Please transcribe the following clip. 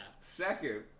Second